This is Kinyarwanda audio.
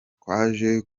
twaje